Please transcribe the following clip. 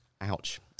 ouch